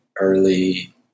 early